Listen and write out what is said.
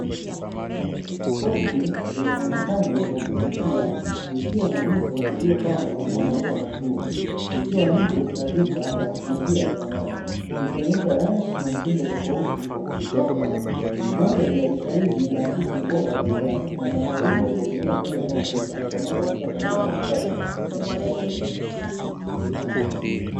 Kochi lenye muonekano wa kuvutia likiwa na mito iliyopambwa kwa maua mazuri, likiwa nje ya duka la kuuzia samani likionyesha rangi na mtindo tofauti wa kuvutia sana, mandhari ya duka hili inaakisi ubora wa bidhaa na maandalizi ya kuhudumia wateja wanaopita wanaotafuta samani za kisasa na zitakazodumu.